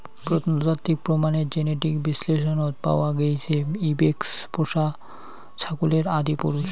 প্রত্নতাত্ত্বিক প্রমাণের জেনেটিক বিশ্লেষনত পাওয়া গেইছে ইবেক্স পোষা ছাগলের আদিপুরুষ